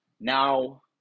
now